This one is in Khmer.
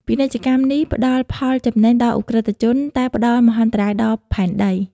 ពាណិជ្ជកម្មនេះផ្តល់ផលចំណេញដល់ឧក្រិដ្ឋជន តែផ្តល់មហន្តរាយដល់ផែនដី។